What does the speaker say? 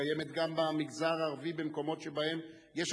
וקיימת במגזר הערבי גם במקומות שבהם יש